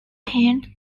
paint